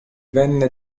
venne